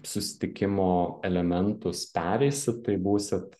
susitikimo elementus pereisit tai būsit